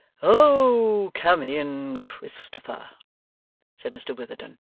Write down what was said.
oh! come in, christopher said mr witherden.